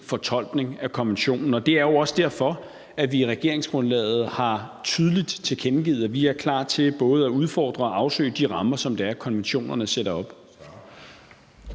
fortolkning af konventionen. Det er jo også derfor, vi i regeringsgrundlaget tydeligt har tilkendegivet, at vi er klar til både at udfordre og afsøge de rammer, som konventionerne sætter op.